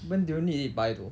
when do you need it by though